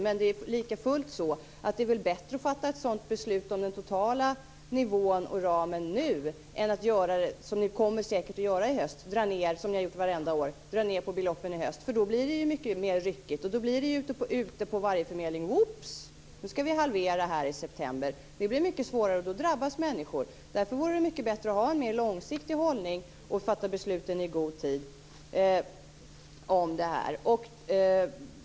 Men det är väl likafullt bättre att fatta ett beslut om den totala nivån och ramen nu än att i höst göra som ni har gjort vartenda år, och säkert gör i höst igen, nämligen dra ned på beloppen. Då blir det mycket mer ryckigt. Då blir det ute på varje förmedling: Oops, nu ska vi halvera i september. Det blir mycket svårare, och då drabbas människor. Därför vore det mycket bättre att ha en mer långsiktig hållning och fatta besluten om detta i god tid.